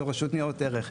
זו רשות ניירות ערך.